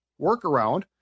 workaround